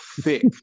thick